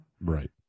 Right